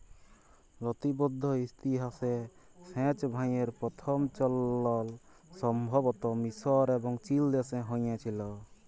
লতিবদ্ধ ইতিহাসে সেঁচ ভাঁয়রের পথম চলল সম্ভবত মিসর এবং চিলদেশে হঁয়েছিল